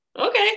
Okay